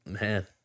Man